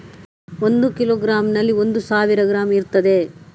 ಒಂದು ಕಿಲೋಗ್ರಾಂನಲ್ಲಿ ಒಂದು ಸಾವಿರ ಗ್ರಾಂ ಇರ್ತದೆ